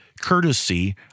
courtesy